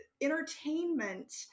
entertainment